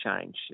change